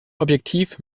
objektiv